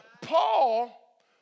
Paul